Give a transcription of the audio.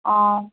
অঁ